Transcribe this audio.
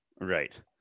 Right